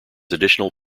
additional